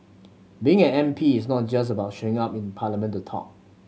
being an M P is not just about showing up in parliament to talk